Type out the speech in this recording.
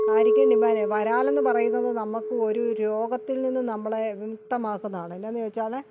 കാരിക്കും demand ആണ് വരാലെന്ന് പറയുന്നത് നമുക്ക് ഒരു രോഗത്തിൽ നിന്ന് നമ്മളെ വിമുക്തമാക്കുന്നതാണ് എന്താ എന്ന് ചോദിച്ചാൽ